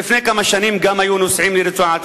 ולפני כמה שנים גם היו נוסעים לרצועת-עזה.